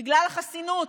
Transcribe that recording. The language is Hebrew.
בגלל החסינות,